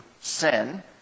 sin